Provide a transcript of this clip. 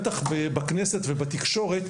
בטח בכנסת ובתקשורת,